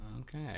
Okay